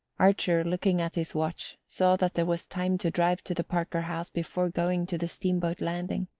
archer, looking at his watch, saw that there was time to drive to the parker house before going to the steamboat landing.